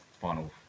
final